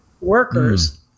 workers